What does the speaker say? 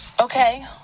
okay